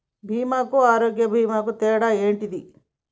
బీమా కు ఆరోగ్య బీమా కు తేడా ఏంటిది?